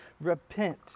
repent